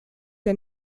der